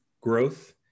growth